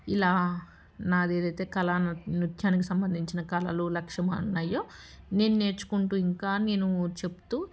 ఇలా నాది ఏదైతే కళ నృత్యానికి సంబంధించిన కలలు లక్ష్యము ఉన్నాయో నేను నేర్చుకుంటూ ఇంకా నేను చెబుతూ